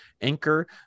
anchor